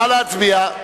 נא להצביע.